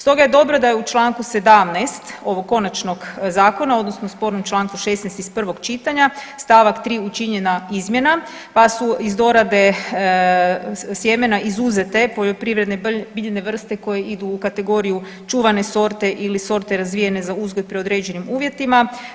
Stoga je dobro da je u članku 17. ovog konačnog zakona odnosno spornom članku 16. iz prvog čitanja stavak 3. učinjena izmjena, pa su iz dorade sjemena izuzete poljoprivredne biljne vrste koje idu u kategoriju čuvane sorte ili sorte razvijene za uzgoj pri određenim uvjetima.